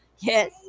yes